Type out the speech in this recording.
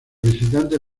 visitantes